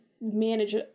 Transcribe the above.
manage